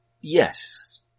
Yes